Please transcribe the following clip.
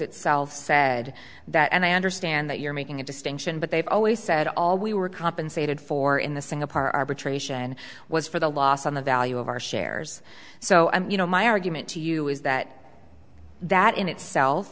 itself said that and i understand that you're making a distinction but they've always said all we were compensated for in the singapore are betray ssion was for the loss on the value of our shares so i'm you know my argument to you is that that in itself